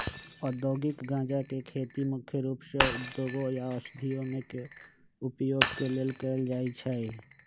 औद्योगिक गञ्जा के खेती मुख्य रूप से उद्योगों या औषधियों में उपयोग के लेल कएल जाइ छइ